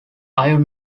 i’ve